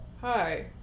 Hi